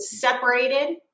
separated